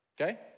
okay